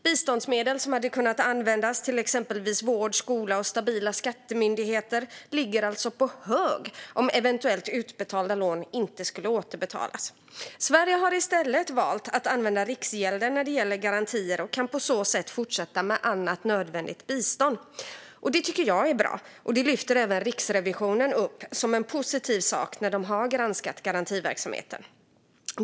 Biståndsmedel som hade kunnat användas till exempelvis vård, skola och stabila skattemyndigheter ligger alltså på hög om eventuellt utbetalda lån inte skulle återbetalas. Sverige har i stället valt att använda Riksgälden när det gäller garantier och kan på så sätt fortsätta med annat nödvändigt bistånd. Det tycker jag är bra. Det lyfter även Riksrevisionen upp som en positiv sak när den har granskat garantiverksamheten.